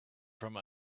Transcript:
from